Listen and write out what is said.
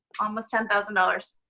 almost ten thousand dollars.